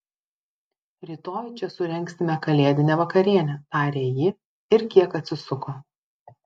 rytoj čia surengsime kalėdinę vakarienę tarė ji ir kiek atsisuko